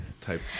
type